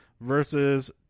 versus